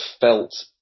felt